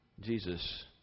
Jesus